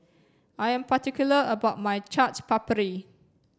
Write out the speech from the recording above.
I'm particular about my Chaat Papri